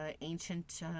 ancient